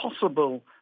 possible